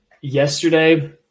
yesterday